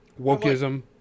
Wokeism